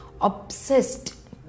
Obsessed